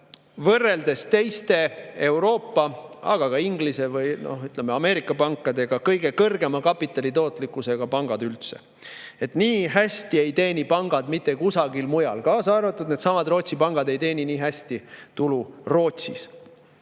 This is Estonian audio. võrreldes teiste Euroopa [pankadega], aga ka Inglise või Ameerika pankadega kõige kõrgema kapitali tootlikkusega pangad üldse. Nii hästi ei teeni pangad mitte kusagil mujal, kaasa arvatud needsamad Rootsi pangad ei teeni nii hästi tulu Rootsis.